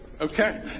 Okay